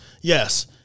Yes